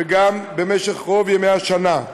וגם במשך רוב ימי השנה.